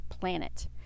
planet